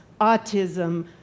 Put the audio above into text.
autism